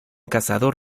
cazador